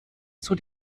zur